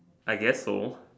I guess so